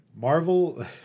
Marvel